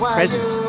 present